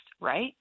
right